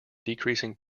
decreasing